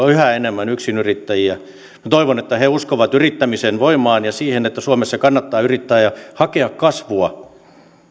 on yhä enemmän yksinyrittäjiä minä toivon että he uskovat yrittämisen voimaan ja siihen että suomessa kannattaa yrittää ja hakea kasvua